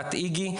עמותת איגי,